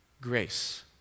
grace